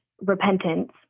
repentance